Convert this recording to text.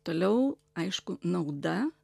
toliau aišku nauda